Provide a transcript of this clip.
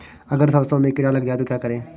अगर सरसों में कीड़ा लग जाए तो क्या करें?